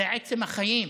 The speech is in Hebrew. זה עצם החיים.